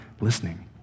listening